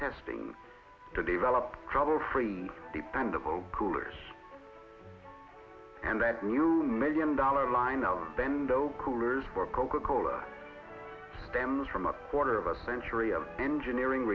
testing to nevel up trouble free dependable coolers and that new million dollar line of ben coolers for coca cola stems from a quarter of a century of engineering